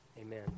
amen